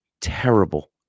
terrible